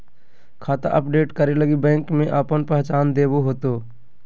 खाता अपडेट करे लगी बैंक में आपन पहचान देबे होतो